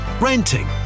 renting